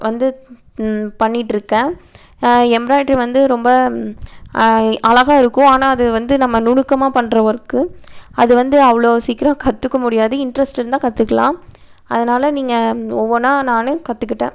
வந்து பண்ணிட்டிருக்கேன் எம்பிராய்டிரி வந்து ரொம்ப அழகாகருக்கும் ஆனால் அது வந்து நம்ம நுணுக்கமாக பண்ணுற ஒர்க்கு அது வந்து அவ்வளோ சீக்கரம் கற்றுக்க முடியாது இன்ட்ரெஸ்ட் இருந்தால் கத்துக்கலா அதனால நீங்கள் ஒவ்வொன்றா நானே கற்றுக்கிட்டேன்